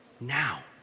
now